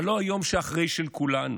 אבל לא "היום שאחרי" של כולנו,